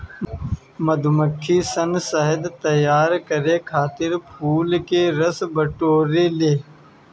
मधुमक्खी सन शहद तैयार करे खातिर फूल के रस बटोरे ले